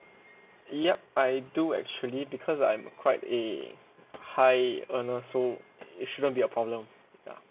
yup I do actually because I'm quite a high uh not so it shouldn't be a problem ya